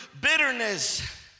bitterness